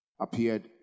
appeared